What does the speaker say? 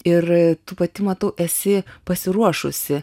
ir tu pati matau esi pasiruošusi